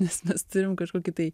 nes mes turim kažkokį tai